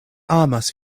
amas